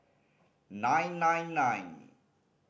nine nine nine